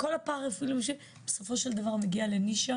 כל הפרה-רפואי, בסופו של דבר מגיע לנישה